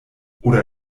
oder